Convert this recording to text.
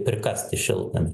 prikast į šiltnamį